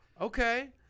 Okay